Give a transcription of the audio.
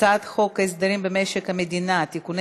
הצעת חוק הסדרים במשק המדינה (תיקוני